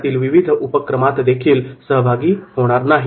त्यातील विविध उपक्रमातदेखील भाग घेणार नाही